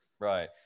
Right